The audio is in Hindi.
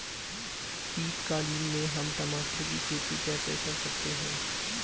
शीतकालीन में हम टमाटर की खेती कैसे कर सकते हैं?